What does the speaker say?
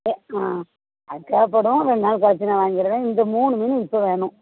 எ ஆ அது தேவைப்படும் ரெண்டு நாள் கழிச்சி நான் வாங்கிவிடுவேன் இந்த மூணு மீனும் இப்போ வேணும்